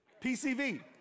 PCV